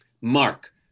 Mark